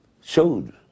showed